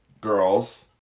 girls